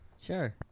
Sure